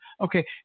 Okay